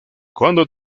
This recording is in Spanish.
cuando